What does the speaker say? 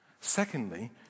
Secondly